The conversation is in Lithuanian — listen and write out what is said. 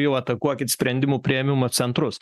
jau atakuokit sprendimų priėmimo centrus